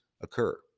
occur